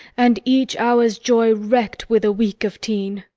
and each hour's joy wreck'd with a week of teen.